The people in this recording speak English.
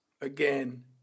again